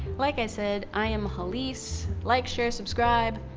like i said, i am hallease. like share, subscribe